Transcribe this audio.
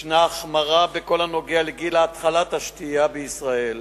יש החמרה בכל הקשור לגיל התחלת השתייה בישראל,